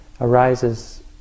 arises